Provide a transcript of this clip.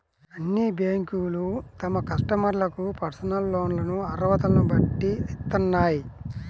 అన్ని బ్యేంకులూ తమ కస్టమర్లకు పర్సనల్ లోన్లను అర్హతలను బట్టి ఇత్తన్నాయి